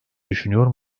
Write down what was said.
düşünüyor